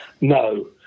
No